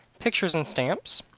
pictures and stamps.